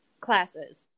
classes